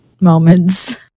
moments